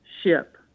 ship